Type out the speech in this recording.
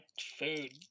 food